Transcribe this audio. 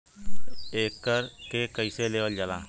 एकरके कईसे लेवल जाला?